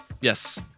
Yes